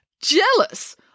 Jealous